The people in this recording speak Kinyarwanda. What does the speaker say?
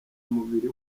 mubiri